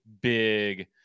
big